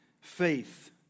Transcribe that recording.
faith